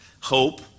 hope